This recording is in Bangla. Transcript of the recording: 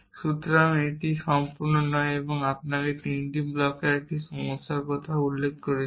সুতরাং এটি সম্পূর্ণ নয় আমি আপনাকে 3টি ব্লকের এই সমস্যার কথা উল্লেখ করছি